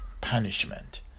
Punishment